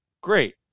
great